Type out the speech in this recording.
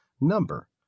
number